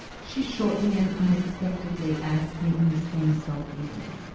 she shortly and unexpectedly asked me in the same sulky way.